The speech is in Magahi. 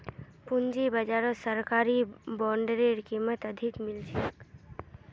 पूंजी बाजारत सरकारी बॉन्डेर कीमत अधिक मिल छेक